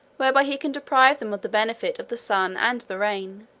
whereby he can deprive them of the benefit of the sun and the rain,